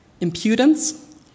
Impudence